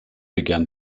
began